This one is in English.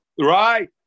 Right